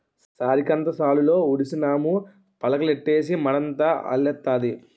సారికంద సాలులో ఉడిసినాము పిలకలెట్టీసి మడంతా అల్లెత్తాది